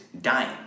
dying